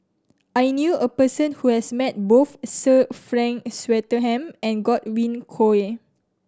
I knew a person who has met both Sir Frank Swettenham and Godwin Koay